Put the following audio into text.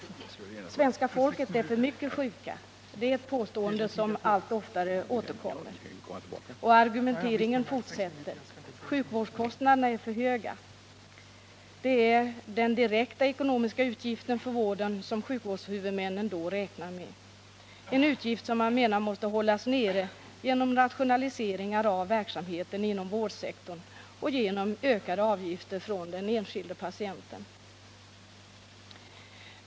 Människorna i vårt land är för mycket sjuka — det är ett påstående som återkommer allt oftare. Argumenteringen fortsätter med att sjukvårdskostnaderna är för höga. Det är den direkta ekonomiska utgiften för vården som sjukvårdshuvudmännen då räknar med, en utgift som man menar måste hållas nere genom rationaliseringar av verksamheten inom vårdsektorn och genom ökade avgifter från den enskilde patienten.